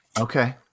okay